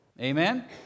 Amen